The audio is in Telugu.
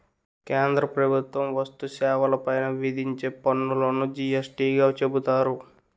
కేంద్ర ప్రభుత్వం వస్తు సేవల పైన విధించే పన్నులును జి యస్ టీ గా చెబుతారు